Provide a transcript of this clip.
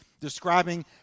describing